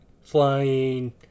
flying